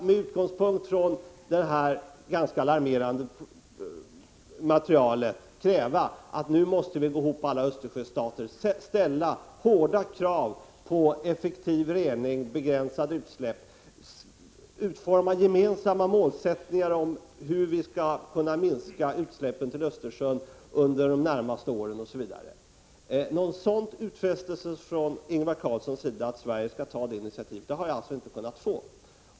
Med utgångspunkt i det nyligen presenterade ganska alarmerande materialet skall vi kräva att alla Östersjöstater går samman och ställer hårda krav på effektiv rening och en begränsning av utsläppen, dvs. utformar en gemensam målsättning för hur vi skall minska utsläppen till Östersjön under de närmaste åren. Någon utfästelse från Ingvar Carlsson om att Sverige skall ta ett sådant initiativ har jag alltså inte kunnat få.